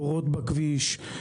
בורות בכביש.